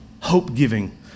hope-giving